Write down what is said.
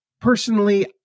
personally